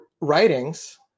writings